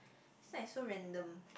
is like so random